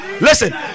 listen